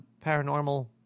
paranormal